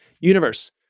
universe